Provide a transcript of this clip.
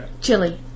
Chili